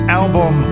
album